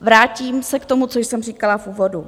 Vrátím se k tomu, co jsem říkala v úvodu.